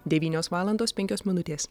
devynios valandos penkios minutės